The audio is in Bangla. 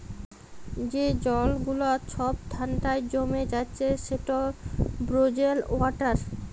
যে জল গুলা ছব ঠাল্ডায় জমে যাচ্ছে সেট ফ্রজেল ওয়াটার